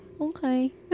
okay